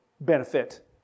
benefit